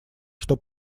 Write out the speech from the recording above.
что